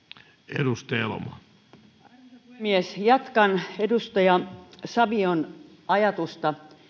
arvoisa puhemies jatkan edustaja savion ajatusta